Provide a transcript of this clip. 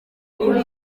kuri